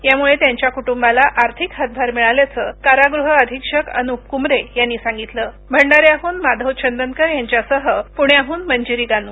यामुळे त्यांच्या कुटूंबाला आर्थिक हातभार मिळाल्याचं कारागृह अधिक्षक अनुप कुमरे यांनी सांगितलं भंडान्याहन माधव चंदनकर यांच्यासह प्ण्याहन मंजिरी गानू